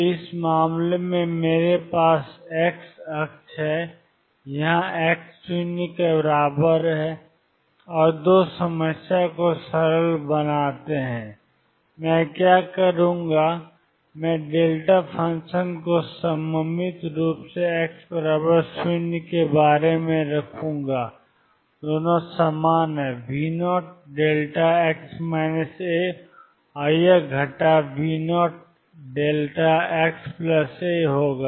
तो इस मामले में मेरे पास एक्स अक्ष है यह x 0 है और 2 समस्या को सरल बनाते हैं मैं क्या करूँगा मैं फंक्शन को सममित रूप से x 0 के बारे में रखूंगा और दोनों समान हैं V0δ और यह घटा V0δxa होगा